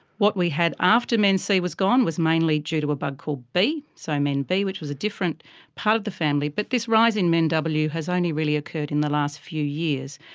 what we had after men c was gone was mainly due to a bug called b, so men b, which was a different part of the family, but this rise in men w has only really occurred in the last few years.